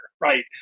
right